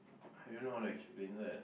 I don't know how to explain leh